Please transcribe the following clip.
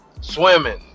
swimming